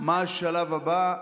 ומה השלב הבא?